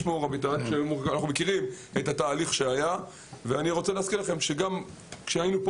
אנחנו מכירים את התהליך שהיה ואני רוצה להזכיר לכם שגם כשהיינו פה